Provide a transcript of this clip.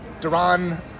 Duran